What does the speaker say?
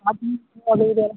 ಅದು ಇದು ಎಲ್ಲ